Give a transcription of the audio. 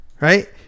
right